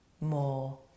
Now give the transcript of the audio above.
more